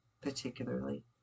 particularly